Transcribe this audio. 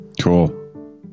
cool